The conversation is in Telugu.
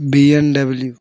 బీఎండబ్ల్యు